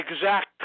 exact